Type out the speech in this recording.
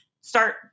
start